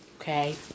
Okay